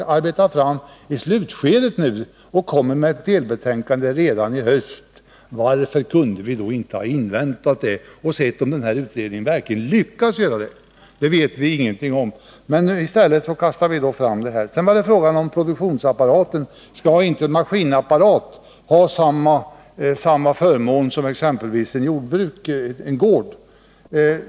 Utredningen befinner sig i slutskedet, och den kommer med ett delbetänkande redan i höst. Varför inte avvakta och se om utredningen verkligen lyckas? Det vet vi ingenting om. I stället hastar ni fram ett beslut här i riksdagen. Så var det fråga om produktionsapparaten. Skall inte en maskinuppsättning ha samma förmån som en gård?